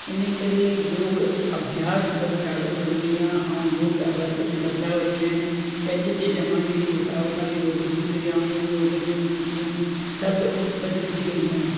इन करे योग अभ्यास करणु ॾाढो ज़रूरी आहे ऐं योग अभ्यास में बदिलाउ ईअं आहिनि की अॼ जे ज़माने जे हिसाब सां योग जूं क्रियाऊं योग जूं नीतियूं सभु बदिलजी वियूं आहिनि